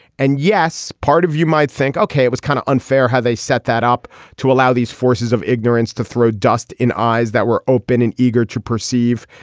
and yes, part of you might think, okay, it was kind of unfair how they set that up to allow these forces of ignorance to throw dust in eyes that were open and eager to perceive.